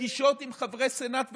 בפגישות עם חברי סנאט וקונגרס.